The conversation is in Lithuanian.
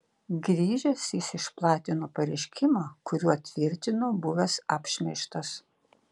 grįžęs jis išplatino pareiškimą kuriuo tvirtino buvęs apšmeižtas